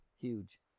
Huge